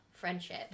Friendship